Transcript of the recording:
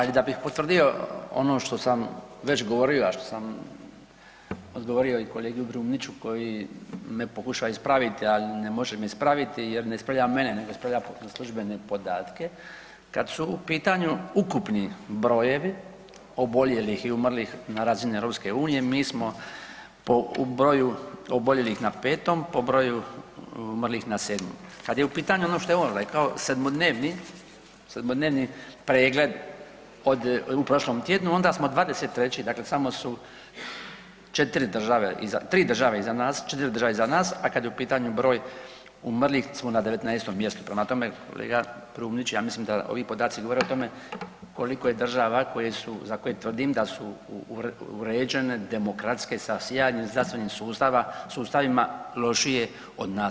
Ali da bih potvrdio ono što sam već govorio, a što sam odgovorio i kolega Brumniću koji me pokušao ispraviti, ali ne može me ispraviti jer ne ispravlja mene nego ispravlja službene podatke, kad su u pitanju ukupni brojevi oboljelih i umrlih na razini EU, mi smo po broju oboljelih na 5., po broju umrlih na 7. Kad je u pitanju ono što je on rekao, 7-dnevni pregled od, u prošlom tjednu, onda smo 23., dakle samo su 4 države, 3 države iza nas, 4 države iza nas, a kad je u pitanju broj umrlih smo na 19. mjestu, prema tome, kolega Brumnić, ja mislim da ovi podaci govore o tome koliko je država koje su, za koje tvrdim da su uređene, demokratske, sa sjajnim zdravstvenim sustavima, lošije od nas.